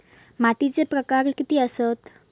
मातीचे प्रकार किती आसत?